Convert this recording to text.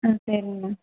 ஆ சரிங்ண்ணா